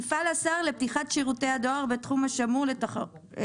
יפעל השר לפתיחת שירותי הדואר בתחום השמור לתחרות".